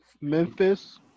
Memphis